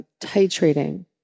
titrating